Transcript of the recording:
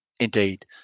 Indeed